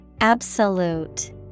Absolute